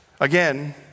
Again